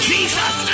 Jesus